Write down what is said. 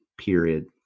period